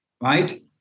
right